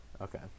Okay